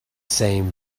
same